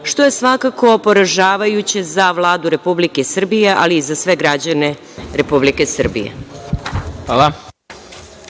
što je svakako poražavajuće za Vladu Republike Srbije, ali i za sve građane Republike Srbije. Hvala.